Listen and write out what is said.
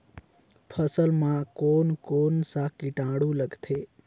फसल मा कोन कोन सा कीटाणु लगथे?